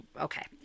okay